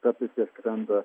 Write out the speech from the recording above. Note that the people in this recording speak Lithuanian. kartais jie skrenda